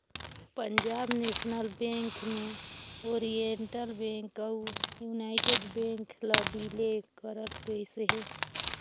पंजाब नेसनल बेंक में Oriental Bank अउ United Bank ल बिले करल गइस अहे